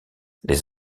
les